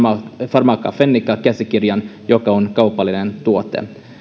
pharmaca fennica käsikirjaan joka on kaupallinen tuote